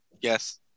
yes